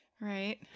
Right